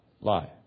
Lie